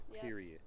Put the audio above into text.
period